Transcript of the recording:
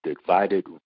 divided